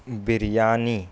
biryani